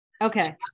Okay